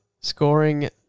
scoring